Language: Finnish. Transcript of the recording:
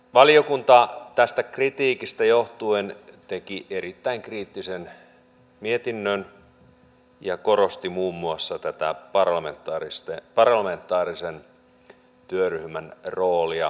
valiokunta tästä kritiikistä johtuen teki erittäin kriittisen mietinnön ja korosti muun muassa tätä parlamentaarisen työryhmän roolia tulevaisuudessa